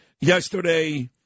yesterday